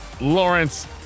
Lawrence